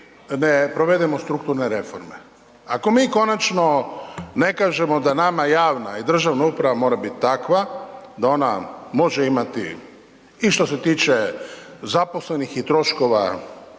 ne provedemo strukturne reforme? Ako mi konačno ne kažemo da nama javna i državna uprava mora biti takva da ona može imati i što se tiče zaposlenih i troškova